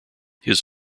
his